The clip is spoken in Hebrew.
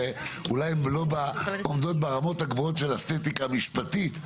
שאולי לא עומדות ברמות הגבוהות של האסתטיקה המשפטית,